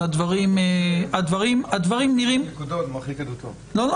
שהדברים נראים --- מרחיק עדותו --- אני